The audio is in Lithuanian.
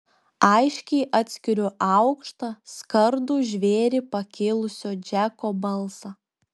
aiškiai atskiriu aukštą skardų žvėrį pakėlusio džeko balsą